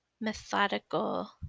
methodical